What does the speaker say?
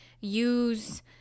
use